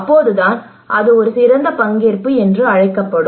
அப்போதுதான் அது ஒரு சிறந்த பங்கேற்பு என்று அழைக்கப்படும்